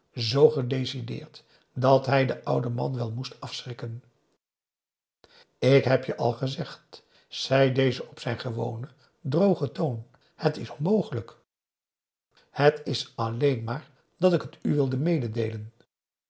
zoo gedecideerd dat hij den ouden man wel moest afschrikken ik heb je al gezegd zei deze op zijn gewonen drogen toon het is onmogelijk het is alleen maar dat ik het u wilde meedeelen